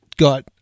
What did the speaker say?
got